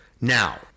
Now